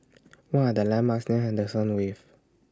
What Are The landmarks near Henderson Wave